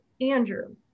Andrew